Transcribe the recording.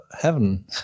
heaven